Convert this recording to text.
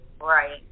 Right